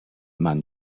man